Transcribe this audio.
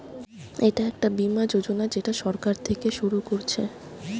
এটা একটা বীমা যোজনা যেটা সরকার থিকে শুরু করছে